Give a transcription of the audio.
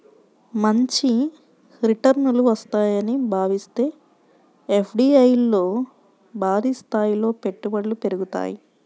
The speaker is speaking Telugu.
మంచి రిటర్నులు వస్తాయని భావిస్తే ఎఫ్డీఐల్లో భారీస్థాయిలో పెట్టుబడులు పెరుగుతాయి